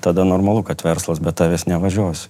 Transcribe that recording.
tada normalu kad verslas be tavęs nevažiuos